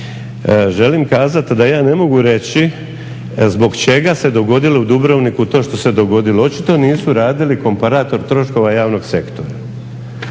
Želim kazat da ja ne mogu reći zbog čega se dogodilo u Dubrovniku to što se dogodilo. Očito nisu radili komparator troškova javnog sektora.